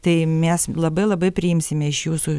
tai mes labai labai priimsime iš jūsų